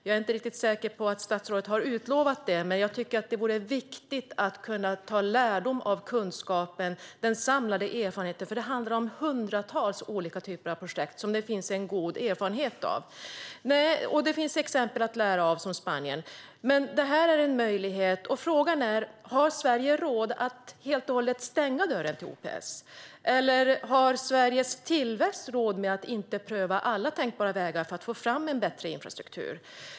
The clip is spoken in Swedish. Jag är inte riktigt säker på att statsrådet har utlovat detta, men jag tycker att det är viktigt att kunna dra lärdom av kunskapen och den samlade erfarenheten. Det handlar nämligen om hundratals olika typer av projekt, som det finns en god erfarenhet av. Och det finns exempel att lära av, som Spanien. Detta är en möjlighet, och frågan är om Sverige har råd att helt och hållet stänga dörren för OPS. Har Sveriges tillväxt råd med att vi inte prövar alla tänkbara vägar för att få fram en bättre infrastruktur?